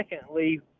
secondly